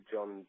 John